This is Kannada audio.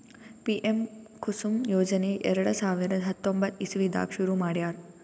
ಪಿಎಂ ಕುಸುಮ್ ಯೋಜನೆ ಎರಡ ಸಾವಿರದ್ ಹತ್ತೊಂಬತ್ತ್ ಇಸವಿದಾಗ್ ಶುರು ಮಾಡ್ಯಾರ್